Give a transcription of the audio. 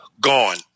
gone